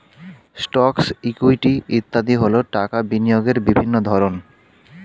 stocks, equity ইত্যাদি হল টাকা বিনিয়োগের বিভিন্ন ধরন